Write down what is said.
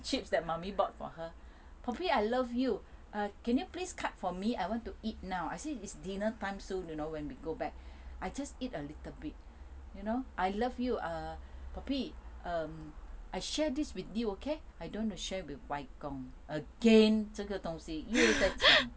chips that mummy bought for her poppy I love you can you err can you please cut for me I want to eat now I say it's dinner time soon you know when we go back I just eat a little bit you know I love you err poppy err I share this with you okay I don't want to share with 外公 again 这个东西又在讲